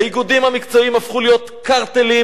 האיגודים המקצועיים הפכו להיות קרטלים